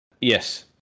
Yes